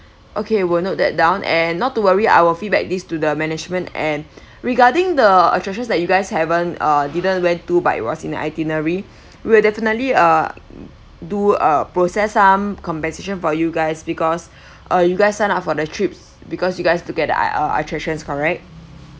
okay will note that down and not to worry I will feedback these to the management and regarding the attractions that you guys haven't uh didn't went to but it was in the itinerary will definitely uh do a process some compensation for you guys because uh you guys sign up for the trips because you guys to get the at~ attractions correct